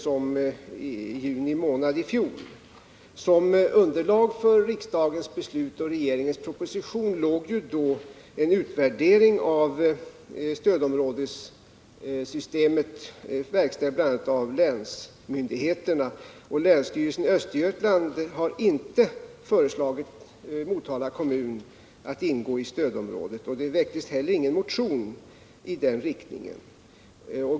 Som underlag för riksdagens beslut och regeringens proposition låg då en utvärdering av stödområdessystemet, verkställd bl.a. av länsmyndigheterna. Länsstyrelsen i Östergötland har inte föreslagit Motala kommun att ingå i stödområdet. Det väcktes heller ingen motion i den riktningen.